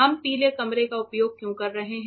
हम पीले कमरे का उपयोग क्यों कर रहे हैं